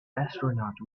astronaut